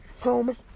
home